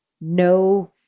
no